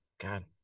God